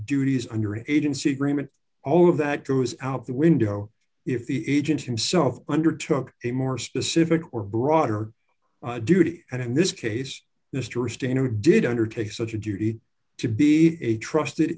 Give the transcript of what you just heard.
duties under an agency agreement all of that goes out the window if the agent himself under took a more specific or broader duty and in this case mr stannard did undertake such a duty to be a trusted